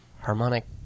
harmonic